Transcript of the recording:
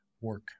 work